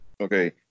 Okay